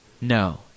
No